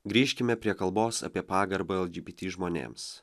grįžkime prie kalbos apie pagarbą lgbt žmonėms